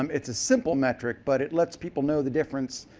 um it's a simple metric, but it lets people know the difference.